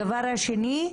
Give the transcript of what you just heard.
הדבר השני,